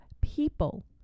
people